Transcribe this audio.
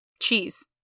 cheese